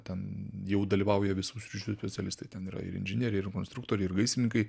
ten jau dalyvauja visų sričių specialistai ten yra ir inžinieriai ir konstruktoriai ir gaisrininkai